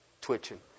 twitching